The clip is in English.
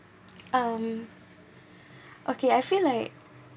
um okay I feel like